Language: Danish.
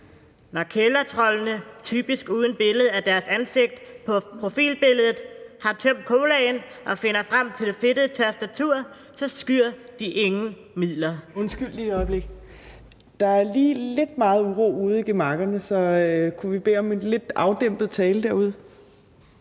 Når kældertroldene – typisk uden billede af deres ansigt på profilbilledet – har tømt colaen og fundet frem til det fedtede tastatur, så skyr de ingen midler. (Fjerde næstformand (Trine Torp): Undskyld, lige et øjeblik. Der er lige lidt meget uro ude i gemakkerne, så kunne vi bede om lidt mere afdæmpet tale derude.)